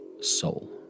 soul